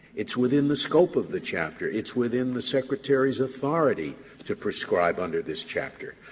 it's within the scope of the chapter. it's within the secretary's authority to prescribe under this chapter.